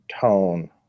tone